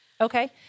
Okay